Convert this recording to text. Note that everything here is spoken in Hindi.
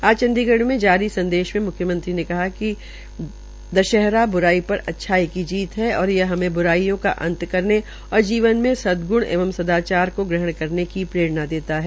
आज चंडीगढ़ में जारी संदेश में मुख्यमंत्री ने कहा कि यह दशहरा ब्राई पर अच्छाई की जीत है और यह हमें ब्राईयों का अंत करने और जीवन में सदग्ण एवं सदाचार को ग्रहण करने की प्ररेणा देता है